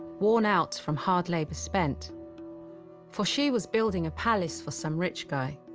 worn out from hard labor spent for she was building a palace for some rich guy.